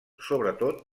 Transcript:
sobretot